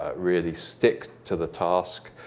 ah really stick to the task,